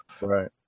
Right